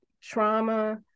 trauma